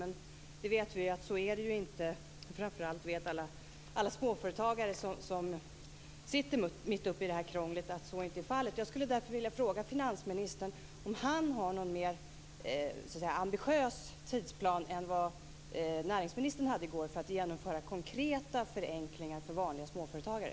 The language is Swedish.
Men vi vet ju att det inte är så. Framför vet alla småföretagare som sitter mitt upp i krånglet att så inte är fallet. Jag skulle därför vilja fråga finansministern om han har någon mer ambitiös tidsplan än näringsministern för att genomföra konkreta förenklingar för småföretagare.